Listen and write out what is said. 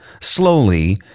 slowly